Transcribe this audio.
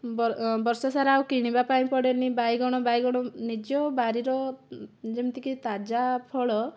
ବବର୍ଷ ସାରା ଆଉ କିଣିବା ପାଇଁ ପଡ଼େନି ବାଇଗଣ ବାଇଗଣ ନିଜ ବାଡ଼ିର ଯେମିତି କି ତାଜା ଫଳ